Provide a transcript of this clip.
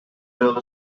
build